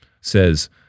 says